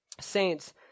saints